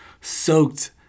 soaked